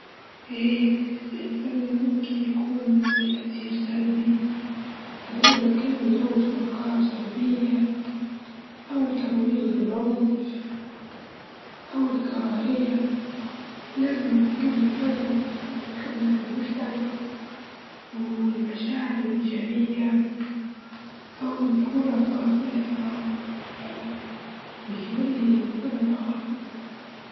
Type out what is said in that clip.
أعيش حياة جيدة يعني التوازن بين العمل والراحة والاهتمام بالعلاقات الشخصية والصحة ، الأهم هو إنك تكون راضي عن حياتك ومستقبلها أهم حاجة إنه يكون كل إنسان يعيش في حياة صحية والبيئة الكويسة بتحصل للإنسان السلام النفسي.